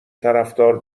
طرفدار